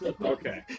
Okay